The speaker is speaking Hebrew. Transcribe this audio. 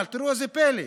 אבל תראו איזה פלא,